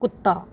ਕੁੱਤਾ